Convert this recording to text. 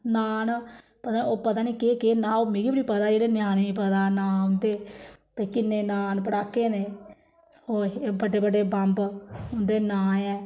नांऽ न पता ओह् पता निं केह् केह् नांऽ ओह् मिगी बी निं पता जेह्ड़े ञ्याणें गी पता नांऽ उं'दे भाई किन्ने नांऽ न पटाकें दे ओह् एह् बड्डे बड्डे बम्ब उं'दे नांऽ ऐं